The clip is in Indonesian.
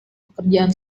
pekerjaan